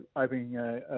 opening